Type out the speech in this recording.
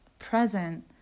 present